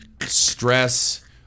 stress